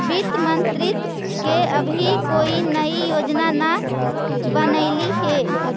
वित्त मंत्रित्व ने अभी कोई नई योजना न बनलई हे